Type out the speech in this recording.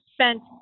spent